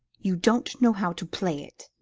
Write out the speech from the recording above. you don't know how to play it,